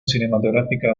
cinematográfica